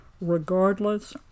Regardless